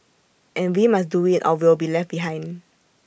and we must do IT or we'll be left behind